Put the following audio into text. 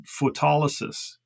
photolysis